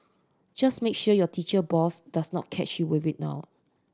just make sure your teacher boss does not catch you with it now